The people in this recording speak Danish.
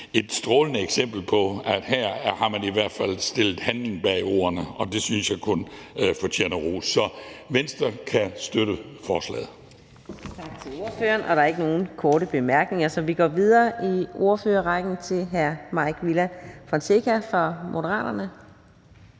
et strålende eksempel på, at her har man i hvert fald sat handling bag ordene, og det synes jeg kun fortjener ros. Så Venstre kan støtte forslaget. Kl. 14:25 Fjerde næstformand (Karina Adsbøl): Tak til ordføreren. Der er ikke nogen korte bemærkninger, så vi går videre i ordførerrækken til hr. Mike Villa Fonseca fra Moderaterne.